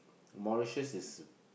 Mauritius is